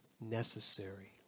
necessary